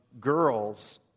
girls